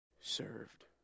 served